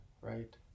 right